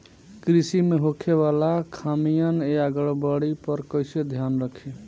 कृषि में होखे वाला खामियन या गड़बड़ी पर कइसे ध्यान रखि?